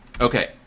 Okay